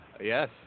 Yes